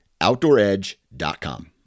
OutdoorEdge.com